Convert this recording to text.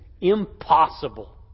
impossible